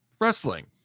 wrestling